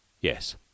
Yes